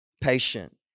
patient